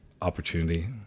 opportunity